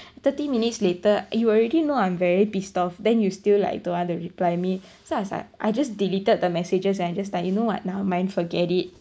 thirty minutes later you already know I'm very pissed off then you still like don't want to reply me so I was like I just deleted the messages and just typed you know what never mind forget it